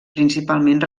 principalment